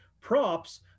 props